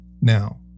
Now